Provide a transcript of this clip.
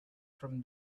from